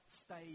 stay